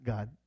God